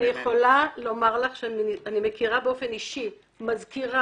אני מכירה באופן אישי מזכירה,